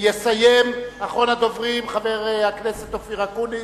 יסיים אחרון הדוברים, חבר הכנסת אופיר אקוניס.